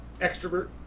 extrovert